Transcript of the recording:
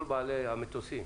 כל בעלי המטוסים,